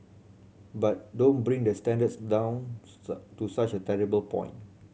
but don't bring the standards down to such a terrible point